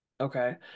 Okay